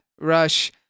Rush